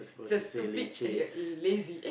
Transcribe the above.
it's a stupid uh lazy eh